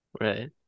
right